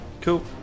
Cool